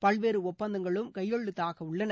பல்வேறு ஒப்பந்தங்களும் கையெழுத்தாக உள்ளன